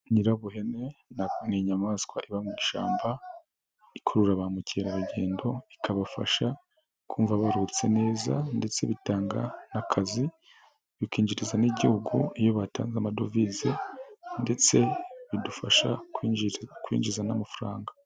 Nyirabuhene nako ni inyamaswa iba mu ishyamba ikurura ba mukerarugendo, ikabafasha kumva batse neza ndetse bitanga n'akazi, bikinjiriza n'igihugu iyo batanze amadovize, ndetse bidufasha kwinjiza kwinjiza n'amafaranga.